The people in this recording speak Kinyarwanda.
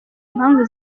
mpamvu